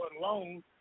loan